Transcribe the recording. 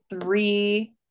three